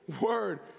word